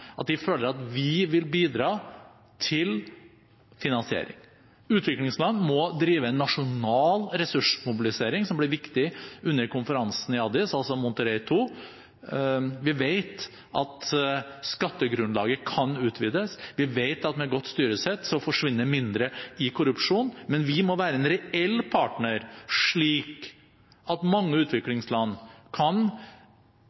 at de føler at vi vil bidra til finansiering. Utviklingsland må drive en nasjonal ressursmobilisering som blir viktig under konferansen i Addis Abeba, altså Monterrey 2. Vi vet at skattegrunnlaget kan utvides, vi vet at med godt styresett så forsvinner mindre i korrupsjon, men vi må være en reell partner slik at mange utviklingsland kan